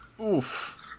Oof